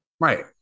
right